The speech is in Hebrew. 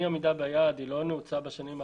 אי העמידה ביעד לא נעוצה בשנים האחרונות,